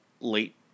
late